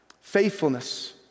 Faithfulness